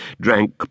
drank